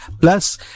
Plus